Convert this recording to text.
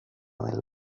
del